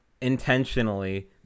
intentionally